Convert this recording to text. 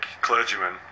clergyman